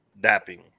dapping